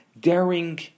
daring